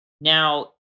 Now